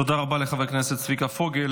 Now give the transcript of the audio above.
תודה רבה לחבר הכנסת צביקה פוגל.